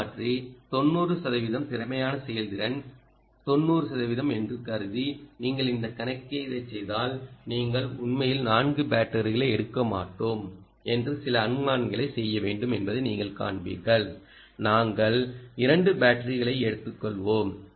buck மாற்றி 90 சதவிகிதம் திறமையான செயல்திறன் 90 சதவிகிதம் என்று கருதி நீங்கள் இந்த கணக்கீட்டைச் செய்தால் நீங்கள் உண்மையில் 4 பேட்டரிகளை எடுக்க மாட்டோம் என்று சில அனுமானங்களைச் செய்ய வேண்டும் என்பதை நீங்கள் காண்பீர்கள் நாங்கள் 2 பேட்டரிகளை எடுத்துக்கொள்வோம்